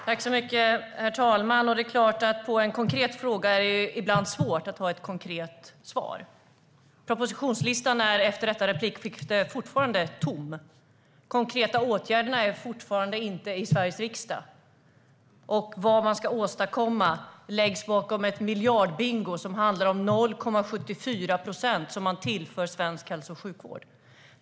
Herr talman! Det är klart att det på en konkret fråga ibland är svårt att ha ett konkret svar. Propositionslistan är efter detta replikskifte fortfarande tom. De konkreta åtgärderna är fortfarande inte i Sveriges riksdag. Vad man ska åstadkomma läggs bakom en miljardbingo som handlar om 0,74 procent som man tillför svensk hälso och sjukvård.